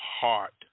heart